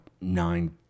nine